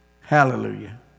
Hallelujah